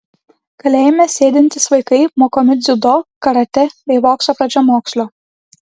kalėjime sėdintys vaikai mokomi dziudo karatė bei bokso pradžiamokslio